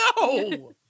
no